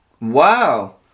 Wow